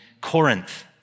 Corinth